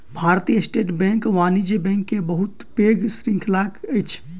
भारतीय state bank वाणिज्य bank के बहुत पैघ श्रृंखला अछि